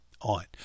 on